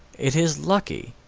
it is lucky,